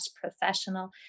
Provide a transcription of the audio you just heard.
professional